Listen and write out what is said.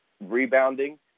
rebounding